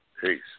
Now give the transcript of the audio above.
Peace